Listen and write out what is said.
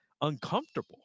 uncomfortable